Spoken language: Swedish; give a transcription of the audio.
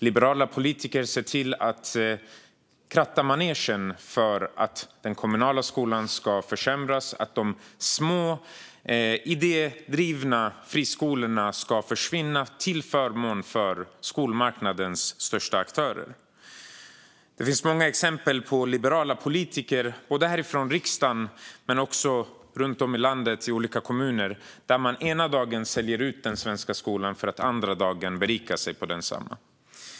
Liberala politiker ser till att kratta manegen för att den kommunala skolan ska försämras, att de små idéburna friskolorna ska försvinna till förmån för skolmarknadens största aktörer. Det finns många exempel på liberala politiker både här i riksdagen och i olika kommuner runt om i landet som den ena dagen säljer ut den svenska skolan för att den andra dagen berika sig på densamma.